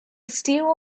steal